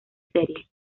serie